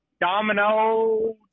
Domino